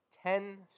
Ten